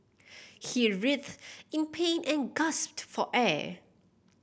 he writhed in pain and gasped for air